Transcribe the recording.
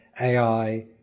AI